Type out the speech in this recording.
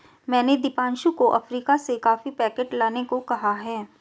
मैंने दीपांशु को अफ्रीका से कॉफी पैकेट लाने को कहा है